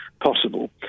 possible